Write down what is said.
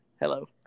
Hello